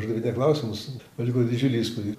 uždavinėja klausimus paliko didžiulį įspūdį